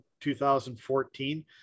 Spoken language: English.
2014